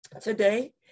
Today